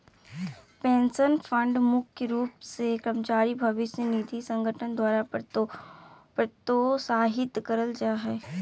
pension fund मुख्य रूप से कर्मचारी भविष्य निधि संगठन द्वारा प्रोत्साहित करल जा हय